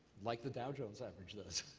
like the dow jones average does.